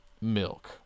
milk